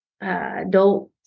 adult